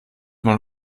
man